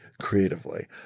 creatively